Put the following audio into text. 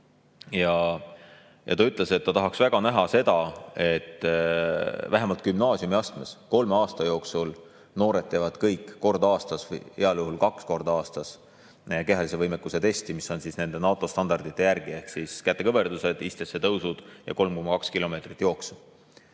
õpetaja ütles, et ta tahaks väga näha seda, et vähemalt gümnaasiumiastmes kolme aasta jooksul noored teevad kõik kord aastas, heal juhul kaks korda aastas kehalise võimekuse testi, mis on nende NATO standardite järgi – kätekõverdused, istesse tõusud ja 3,2 kilomeetrit jooksu.